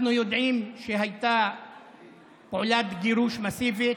אנחנו יודעים שהייתה פעולת גירוש מסיבית,